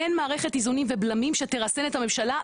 אין מערכת בלמים שתרסן את הממשלה,